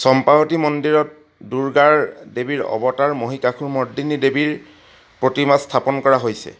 চম্পাৱতী মন্দিৰত দুৰ্গাৰ দেৱীৰ অৱতাৰ মহিষাসুৰমৰ্দিনী দেৱীৰ প্ৰতিমা স্থাপন কৰা হৈছে